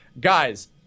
guys